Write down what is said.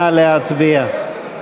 נא להצביע.